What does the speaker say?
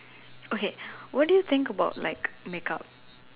okay what do you think about like make up